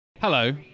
Hello